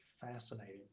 fascinating